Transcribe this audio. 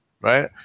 Right